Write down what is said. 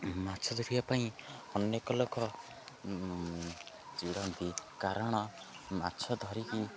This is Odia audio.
ମାଛ ଧରିବା ପାଇଁ ଅନେକ ଲୋକ ଚିଡ଼ନ୍ତି କାରଣ ମାଛ ଧରିକି